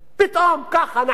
פתאום ככה נחת,